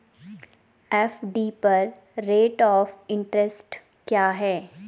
FD पर rate of interest क्या है?